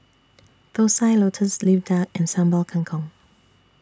Thosai Lotus Leaf Duck and Sambal Kangkong